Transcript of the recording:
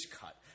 cut